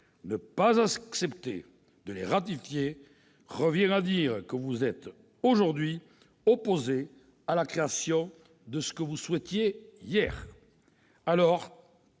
Ne pas accepter de les ratifier revient à dire que vous êtes opposés aujourd'hui à la création de ce que vous souhaitiez hier.